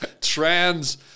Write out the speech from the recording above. trans